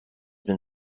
been